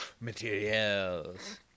materials